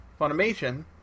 Funimation